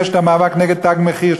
יש המאבק נגד "תג מחיר",